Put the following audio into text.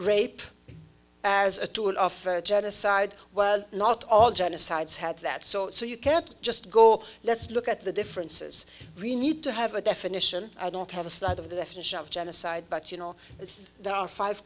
rape as a tool of genocide well not all genocides have that so so you can't just go let's look at the differences we need to have a definition i don't have a slide of the definition of genocide but you know that there are five